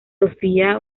sofía